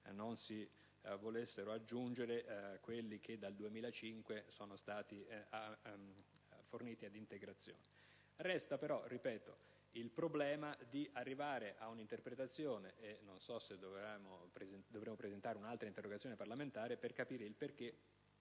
non si volessero aggiungere quelli che dal 2005 sono stati forniti ad integrazione. Ripeto però che resta il problema di arrivare a un'interpretazione - non so se dovremo presentare un'altra interrogazione parlamentare al riguardo - per capire il perché